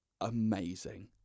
amazing